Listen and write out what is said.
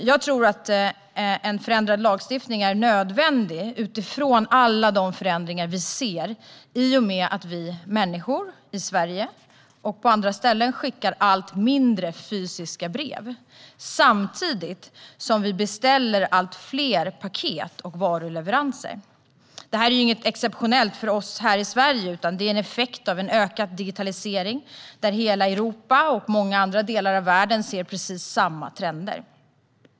Jag tror att en förändrad lagstiftning är nödvändig utifrån alla förändringar vi ser i och med att vi människor i Sverige och på andra ställen skickar allt färre fysiska brev, samtidigt som vi beställer allt fler paket och varuleveranser. Detta är inget exceptionellt för oss här i Sverige, utan det är en effekt av en ökad digitalisering där hela Europa och många andra delar av världen ser samma trender.